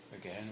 Again